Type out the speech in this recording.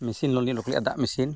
machine loan ᱞᱤᱧ ᱚᱰᱳᱠᱜ ᱞᱮᱜᱼᱟ ᱫᱟᱜ ᱢᱮᱹᱥᱤᱱ